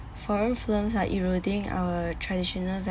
foreign films are eroding our traditional